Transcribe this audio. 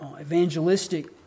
evangelistic